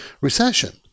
recession